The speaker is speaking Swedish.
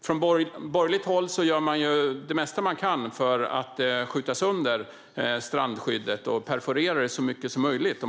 Från borgerligt håll gör man det mesta man kan för att skjuta sönder strandskyddet och perforera det så mycket som möjligt.